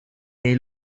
nei